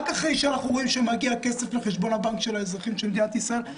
רק אחרי שמגיע כסף לחשבון הבנק של אזרחי מדינת ישראל,